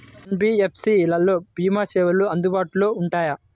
NBFC లలో భీమా సేవలు అందుబాటులో ఉంటాయా?